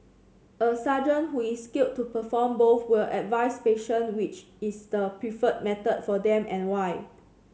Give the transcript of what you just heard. a surgeon who is skilled to perform both will advise patient which is the preferred method for them and why